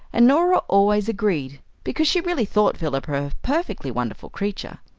and norah always agreed, because she really thought philippa a perfectly wonderful creature.